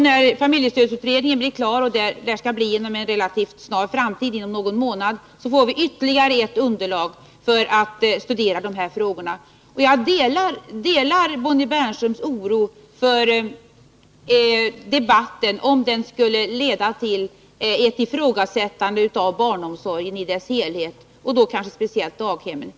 När familjestödsutredningen blir klar — och det kommer att ske inom någon månad — får vi ytterligare underlag för att studera de här frågorna. Jag delar Bonnie Bernströms oro för att debatten kan leda till ett ifrågasättande av barnomsorgen i dess helhet och då kanske speciellt daghemmen.